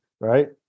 right